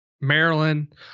Maryland